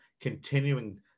continuing